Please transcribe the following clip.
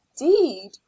indeed